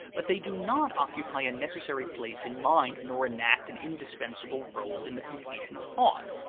but they do not occupy a necessary place in mind nor enact an indispensable role in the completion of thought.